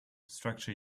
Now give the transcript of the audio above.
structure